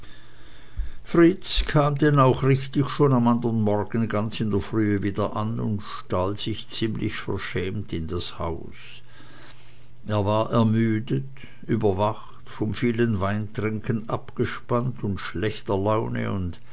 fritz kam denn auch richtig schon am andern morgen ganz in der frühe wieder an und stahl sich ziemlich verschämt in das haus er war ermüdet überwacht von vielem weintrinken abgespannt und schlechter laune